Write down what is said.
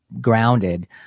grounded